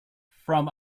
from